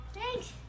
Thanks